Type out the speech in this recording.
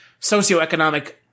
socioeconomic